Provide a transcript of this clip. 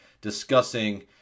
discussing